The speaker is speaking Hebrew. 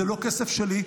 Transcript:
זה לא כסף שלי,